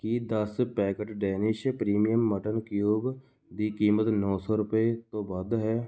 ਕੀ ਦਸ packet Danish premium mutton cube ਦੀ ਕੀਮਤ ਨੌ ਸੌ ਰੁਪਏ ਤੋਂ ਵੱਧ ਹੈ